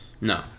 No